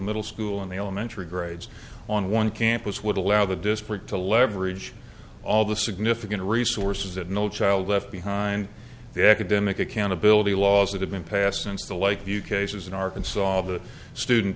middle school in the elementary grades on one campus would allow the district to leverage all the significant resources that no child left behind the academic accountability laws that have been passed since the like you cases in arkansas the student